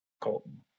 Colton